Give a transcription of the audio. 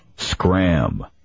Scram